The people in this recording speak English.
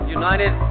united